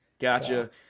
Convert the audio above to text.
Gotcha